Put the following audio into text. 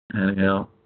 anyhow